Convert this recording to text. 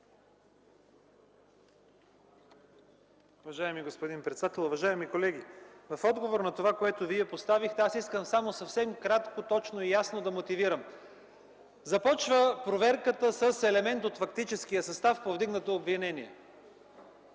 Уважаеми господин председател, уважаеми колеги! В отговор на това, което Вие поставихте, искам съвсем кратко, точно и ясно да мотивирам. Проверката започва с елемент от фактическия състав – повдигнато обвинение.